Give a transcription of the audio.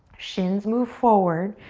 shins move forward.